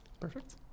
perfect